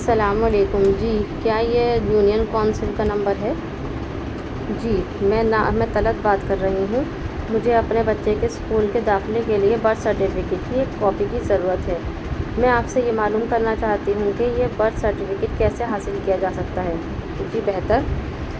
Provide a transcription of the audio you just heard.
السلام علیکم جی کیا یہ یونین کونسل کا نمبر ہے جی میں نا میں طلعت بات کر رہی ہوں مجھے اپنے بچے کے اسکول کے داخلے کے لیے برتھ سرٹیفکیٹ کی ایک کاپی کی ضرورت ہے میں آپ سے یہ معلوم کرنا چاہتی ہوں کہ یہ برتھ سرٹیفکیٹ کیسے حاصل کیا جا سکتا ہے جی بہتر